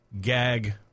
gag